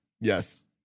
Yes